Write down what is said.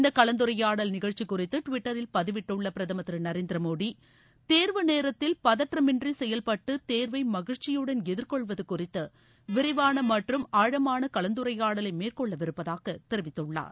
இந்த கலந்துரையாடல் நிகழ்ச்சி குறித்து டுவிட்டரில் பதிவிட்டுள்ள பிரதமர் திரு நரேந்திர மோடி தேர்வு நேரத்தில் பதற்றமின்றி செயல்பட்டு தேர்வை மகிழ்ச்சியுடன் எதிர்கொள்வது குறித்து விரிவான மற்றும் ஆழமான கலந்துரையாடலை மேற்கொள்ளவிருப்பதாக தெரிவித்துள்ளார்